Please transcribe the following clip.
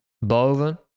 Boven